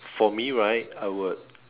for me right I would